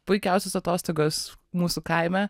puikiausios atostogos mūsų kaime